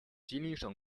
吉林省